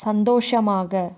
சந்தோஷமாக